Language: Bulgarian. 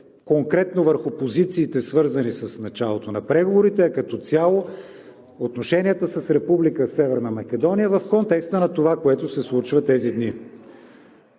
конкретно върху позициите, свързани с началото на преговорите, а като цяло отношенията с Република Северна Македония в контекста на това, което се случва тези дни.